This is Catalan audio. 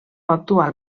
actual